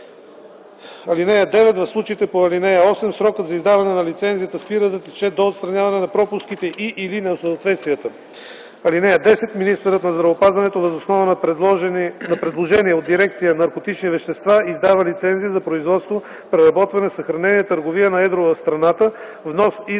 им. (9) В случаите по ал. 8 срокът за издаване на лицензията спира да тече до отстраняването на пропуските и/или несъответствията. (10) Министърът на здравеопазването въз основа на предложение от дирекция „Наркотични вещества” издава лицензия за производство, преработване, съхраняване, търговия на едро в страната, внос,